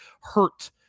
hurt